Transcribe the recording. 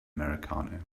americano